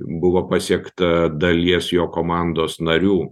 buvo pasiekta dalies jo komandos narių